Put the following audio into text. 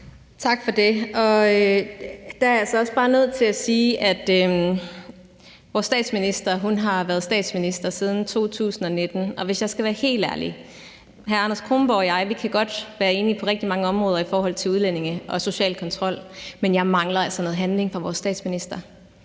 Tak for det. Der er jeg altså også bare nødt til at sige, at vores statsminister har været statsminister siden 2019, og hvis jeg skal være helt ærligt: Hr. Anders Kronborg og jeg kan godt være enige på rigtig mange områder i forhold til udlændinge og social kontrol, men jeg mangler altså noget handling fra vores statsminister.